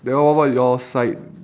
then one more it was like